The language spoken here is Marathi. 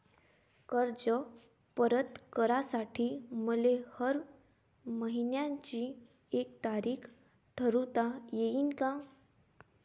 कर्ज परत करासाठी मले हर मइन्याची एक तारीख ठरुता येईन का?